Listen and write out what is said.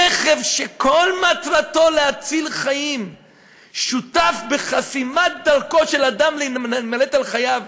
רכב שכל מטרתו להציל חיים שותף בחסימת דרכו של אדם להימלט על חייו.